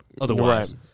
otherwise